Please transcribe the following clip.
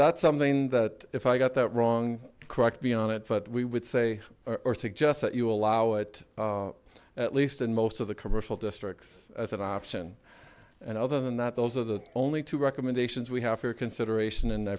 that's something that if i got that wrong correct me on it but we would say or suggest that you allow it at least in most of the commercial districts that option and other than that those are the only two recommendations we have for consideration and i